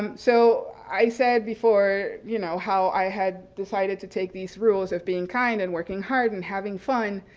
um so i said before, you know, how i had decided to take these rules of being kind, of and working hard, and having fun,